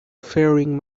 faring